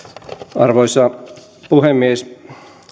arvoisa puhemies